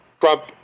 Trump